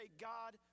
God